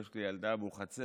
יש לי ילדה אבו חצירא,